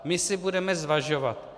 My si budeme zvažovat.